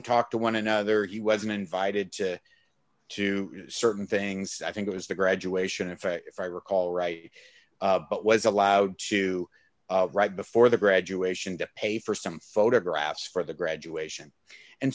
talked to one another he wasn't invited to two certain things i think it was the graduation in fact if i recall right it was allowed to right before the graduation to pay for some photographs for the graduation and